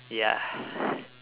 ya